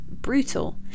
brutal